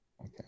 okay